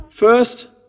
First